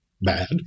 bad